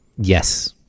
yes